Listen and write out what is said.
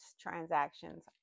transactions